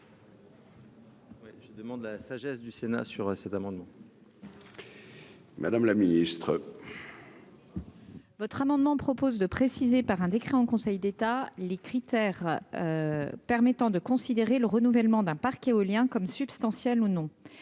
Je demande la sagesse du Sénat sur cet amendement. Madame la Ministre. Votre amendement propose de préciser par un décret en Conseil d'État, les critères. Permettant de considérer le renouvellement d'un parc éolien comme substantielle ou non